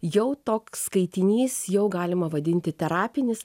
jau toks skaitinys jau galima vadinti terapinis